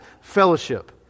fellowship